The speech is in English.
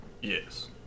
Yes